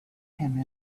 him